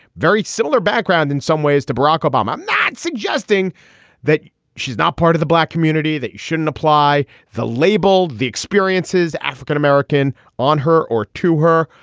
very similar background in some ways to barack obama. i'm not suggesting that she's not part of the black community that shouldn't apply the label. the experiences african-american on her or to her.